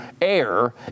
air